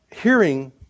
hearing